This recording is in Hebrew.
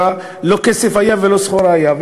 לא כסף היה ולא סחורה הייתה,